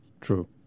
true